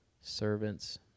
Servants